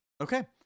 Okay